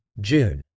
June